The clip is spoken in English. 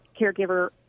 caregiver